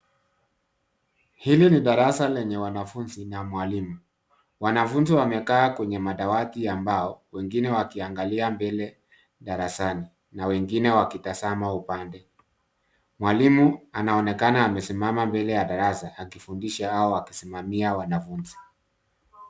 Hili ni darasa lenye wanafunzi na mwalimu. Wanafunzi wamekaa kwenye madawati ya mbao, wengine wakiangalia mbele darasani, na wengine wakitazama upande. Mwalimu anaonekana amesimama mbele ya darasa akifundisha au akisimamia wanafunzi.